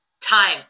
time